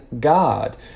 God